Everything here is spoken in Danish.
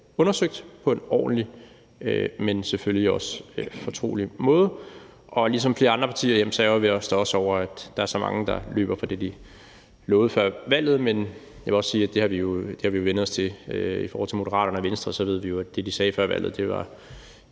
undersøgt på en ordentlig, men selvfølgelig også fortrolig måde. Ligesom flere andre partier ærgrer vi os da også over, at der er så mange, der løber fra det, de lovede før valget, men jeg vil også sige, at det har vi jo vænnet os til. I forhold til Moderaterne og Venstre ved vi jo, at det, de sagde før valget, ikke er